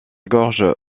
gorge